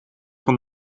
van